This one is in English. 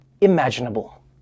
imaginable